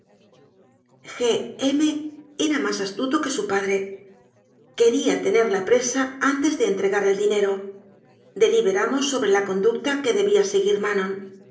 era más astuto que su padre que ría tener la presa antes de entregar el dinero deliberamos sobre la conducta que debía seguir